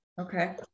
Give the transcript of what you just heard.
Okay